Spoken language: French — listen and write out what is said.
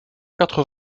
quatre